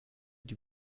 die